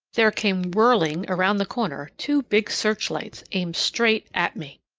there came whirling around the corner two big searchlights aimed straight at me.